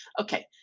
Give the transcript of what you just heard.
okay